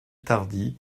tardy